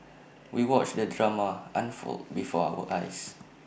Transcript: we watched the drama unfold before our eyes